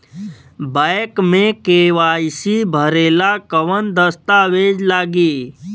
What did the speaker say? Bank मे KYC भरेला कवन दस्ता वेज लागी?